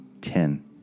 ten